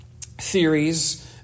theories